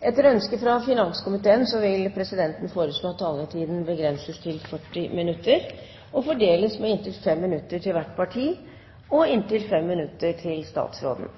Etter ønske fra finanskomiteen vil presidenten foreslå at taletiden begrenses til 40 minutter og fordeles med inntil 5 minutter til hvert parti og inntil 5 minutter til statsråden.